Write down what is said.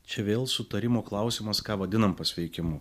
čia vėl sutarimo klausimas ką vadinam pasveikimu